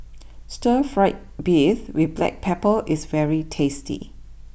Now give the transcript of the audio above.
Stir Fried Beef with Black Pepper is very tasty